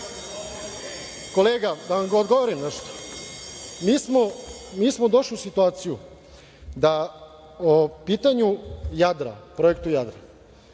stvari. Kolega, da vam odgovorim nešto, mi smo došli u situaciju da po pitanju Jadra, projekta „Jadar“,